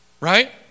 Right